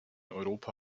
europa